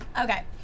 Okay